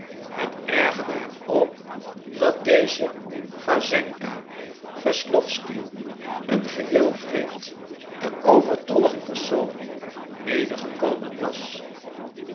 het ergerde hem ook dat deze wassenka wesslowsky een geheel vreemd en overtollig persoon medegekomen was